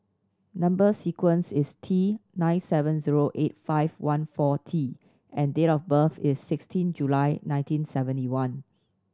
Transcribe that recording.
number sequence is T nine seven zero eight five one four T and date of birth is sixteen July nineteen seventy one